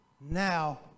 Now